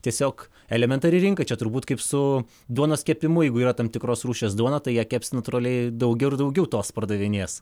tiesiog elementari rinka čia turbūt kaip su duonos kepimu jeigu yra tam tikros rūšies duona tai keps natūraliai daugiau ir daugiau tos pardavinės